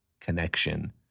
connection